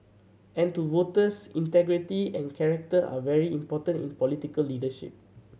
and to voters integrity and character are very important in political leadership